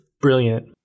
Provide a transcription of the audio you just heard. brilliant